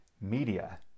media